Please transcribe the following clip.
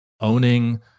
owning